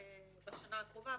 בשנה הקרובה,